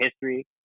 history